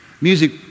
Music